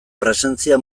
presentzia